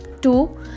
Two